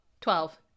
Twelve